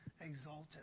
exalted